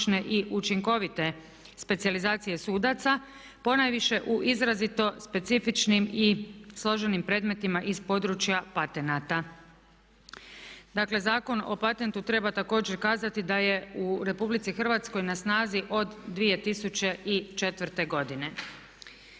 i učinkovite specijalizacije sudaca ponajviše u izrazito specifičnim i složenim predmetima iz područja patenata. Dakle Zakon o patentu treba također kazati da je u RH na snazi od 2004.godine.